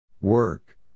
Work